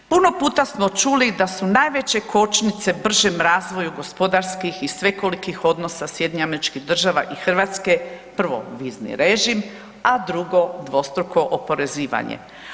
Puno puta smo čuli da su najveće kočnice bržem razviju gospodarskih i svekolikih odnosa SAD-a i Hrvatske prvo vizni režim, a drugo dvostruko oporezivanje.